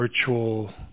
virtual